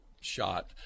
shot